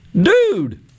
Dude